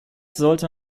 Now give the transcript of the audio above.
sollte